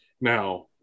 now